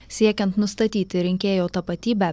siekiant nustatyti rinkėjo tapatybę